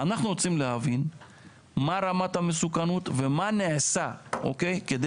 אנחנו רוצים להבין מה רמת המסוכנות ומה נעשה כדי